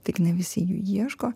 tik ne visi jų ieško